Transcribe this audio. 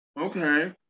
Okay